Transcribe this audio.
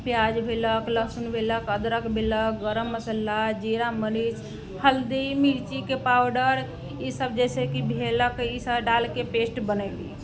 प्याज भेलक लहसुन भेलक अदरक भेलक गरम मसाला जीरा मरीच हल्दी मिर्चीके पाउडर ई सभ जैसे कि भेलक ई सभ डालके पेस्ट बनैली